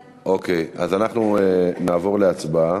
אוקיי, אז אנחנו נעבור להצבעה.